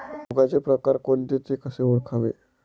रोगाचे प्रकार कोणते? ते कसे ओळखावे?